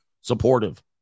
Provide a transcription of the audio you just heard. supportive